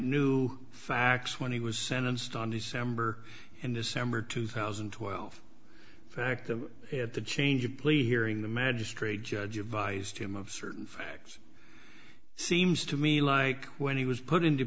knew facts when he was sentenced on december and december two thousand and twelve fact of the change of plea hearing the magistrate judge advised him of certain facts seems to me like when he was put into